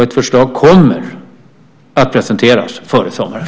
Ett förslag kommer att presenteras före sommaren.